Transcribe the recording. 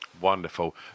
wonderful